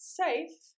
safe